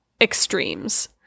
extremes